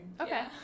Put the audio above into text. Okay